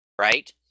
right